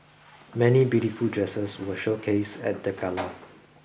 many beautiful dresses were showcased at the gala